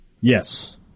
yes